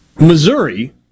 Missouri